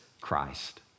Christ